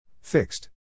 Fixed